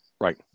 right